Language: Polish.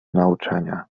nauczania